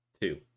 two